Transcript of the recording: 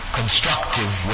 constructive